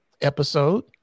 episode